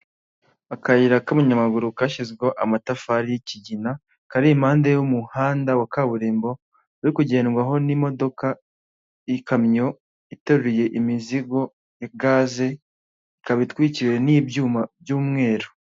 Akayira k'ayamaguru kashyizweho amatafari y'ikigina kari impande y'umuhanda wa kaburimbo uri kugendwaho n'imodoka y'ikamyo iteruyeye imizigo ya gaze ikaba itwikiriwe n'ibyuma by'umweru.